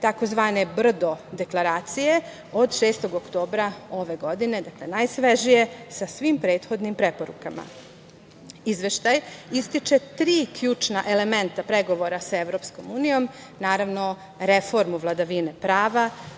tzv. „Brdo deklaracije“, od 6. oktobra ove godine, dakle, najsvežije, sa svim prethodnim preporukama. Izveštaj ističe tri ključna elementa pregovora sa EU, naravno, reformu vladavine prava,